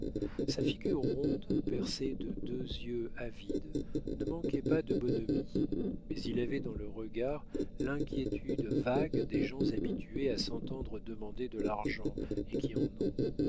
sa figure ronde percée de deux yeux avides ne manquait pas de bonhomie mais il avait dans le regard l'inquiétude vague des gens habitués à s'entendre demander de l'argent et qui en ont